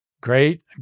great